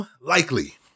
likely